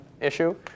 issue